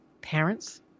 parents